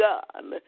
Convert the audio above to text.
God